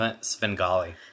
Svengali